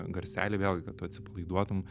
garselį vėlgi kad tu atsipalaiduotum